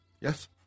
Yes